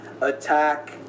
attack